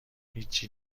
هیچی